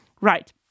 Right